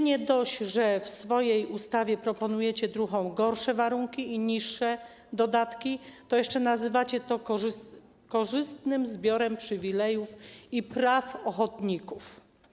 Nie dość, że w swojej ustawie proponujecie druhom gorsze warunki i niższe dodatki, to jeszcze nazywacie to korzystnym zbiorem przywilejów i praw ochotników.